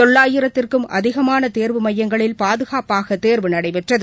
தொள்ளாயிரத்துக்கும் அதிகமானதேர்வு மையங்களில் பாதுகாப்பாகதேர்வு நடைபெற்றது